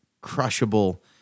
crushable